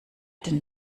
denn